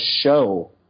show